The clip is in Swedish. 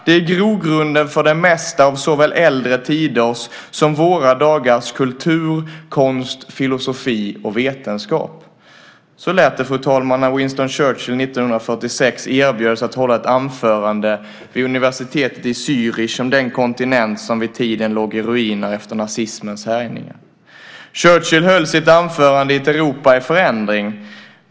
Det är grogrunden för det mesta av såväl äldre tiders som våra dagars kultur, konst, filosofi och vetenskap." Så lät det, fru talman, när Winston Churchill 1946 erbjöds att hålla ett anförande vid universitetet i Zürich om den kontinent som vid tiden låg i ruiner efter nazismens härjningar. Churchill höll sitt anförande i ett Europa i förändring.